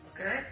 Okay